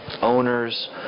owners